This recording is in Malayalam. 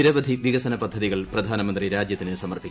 നിരവധി വികസന പദ്ധതികൾ പ്രധാനമന്ത്രി രാജ്യത്തിന് സമർപ്പിക്കും